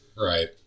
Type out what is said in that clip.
Right